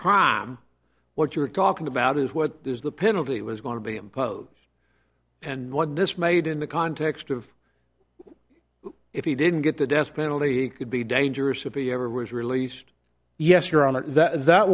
crime what you're talking about is what is the penalty was going to be imposed and what dismayed in the context of if he didn't get the death penalty he could be dangerous if he ever was released yes your honor that that